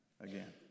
again